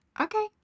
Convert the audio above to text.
Okay